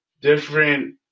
different